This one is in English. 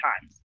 times